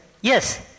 Yes